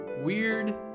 weird